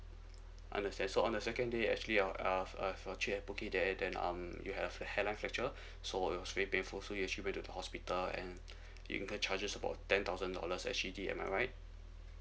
understand so on the second day actually uh your trip at phuket there then um you have a hairline fracture so it was very painful so you actually went to the hospital and you get charges about ten thousand dollars S_C_D am I right